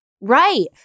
Right